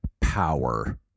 power